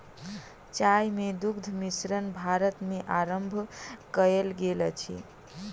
चाय मे दुग्ध मिश्रण भारत मे आरम्भ कयल गेल अछि